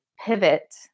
pivot